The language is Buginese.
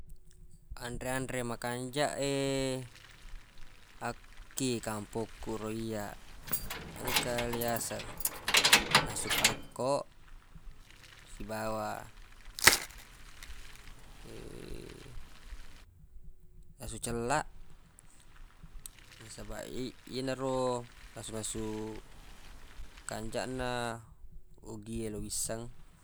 Anre-anre makanjaq e akki kampokku ro iyyaq engka le yaseng nasu palekko sibawa nasu cellaq nasabaq ye- yenaro nasu-nasu kanjaq na ogi e lo wisseng